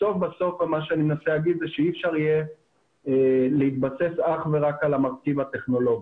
בסוף אי אפשר יהיה להתבסס אך ורק על המרכיב הטכנולוגי.